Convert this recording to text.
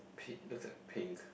Pete looks at pink